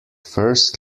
first